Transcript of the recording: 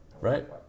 Right